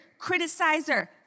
criticizer